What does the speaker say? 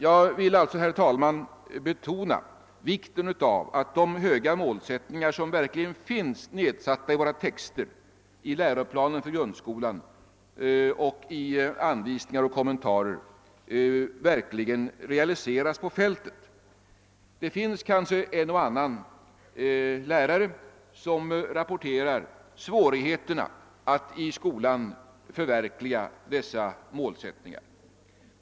Jag vill betona vikten av att de höga målsättningar som finns nedsatta i våra texter i läroplanen för grundskolan och i anvisningar och kommentarer verkligen realiseras på fältet. Det finns kanske en och annan lärare som rapporterar svårigheterna att i skolan förverkliga dessa målsättningar.